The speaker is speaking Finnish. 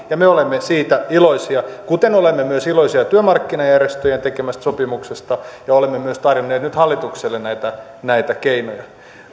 ja me olemme siitä iloisia kuten olemme myös iloisia työmarkkinajärjestöjen tekemästä sopimuksesta ja olemme myös tarjonneet nyt hallitukselle näitä näitä keinoja